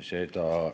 seda